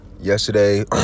Yesterday